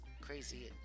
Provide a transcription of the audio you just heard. crazy